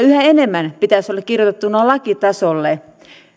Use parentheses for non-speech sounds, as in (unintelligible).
(unintelligible) yhä enemmän pitäisi olla kirjoitettuna lakitasolle